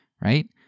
right